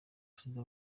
perezida